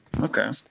Okay